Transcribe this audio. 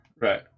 Right